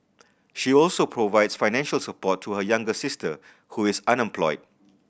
she also provides financial support to her younger sister who is unemployed